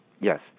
Yes